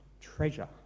treasure